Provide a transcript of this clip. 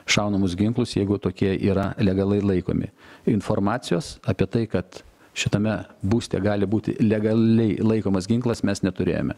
šaunamus ginklus jeigu tokie yra legalai laikomi informacijos apie tai kad šitame būste gali būti legaliai laikomas ginklas mes neturėjome